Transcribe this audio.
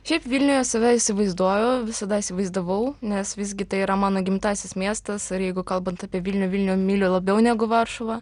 šiaip vilniuje save įsivaizduoju visada įsivaizdavau nes visgi tai yra mano gimtasis miestas ir jeigu kalbant apie vilnių vilnių myliu labiau negu varšuvą